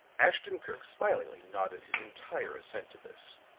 ashton-kirk smilingly nodded his entire assent to this.